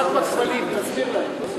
רק בכבלים, תזכיר להם.